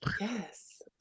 Yes